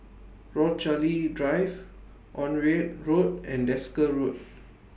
Rochalie Drive Onraet Road and Desker Road